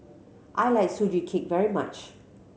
I like Sugee Cake very much